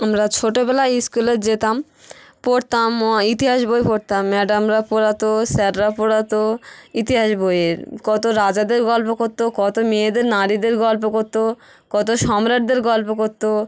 আমরা ছোটোবেলায় স্কুলে যেতাম পড়তাম ম ইতিহাস বই পড়তাম ম্যাডামরা পড়াতো স্যারেরা পড়াতো ইতিহাস বইয়ের কতো রাজাদের গল্প করতো কতো মেয়েদের নারীদের গল্প করতো কতো সম্রাটদের গল্প করতো